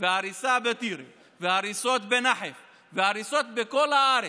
והריסה בטירה והריסות בנחף והריסות בכל הארץ,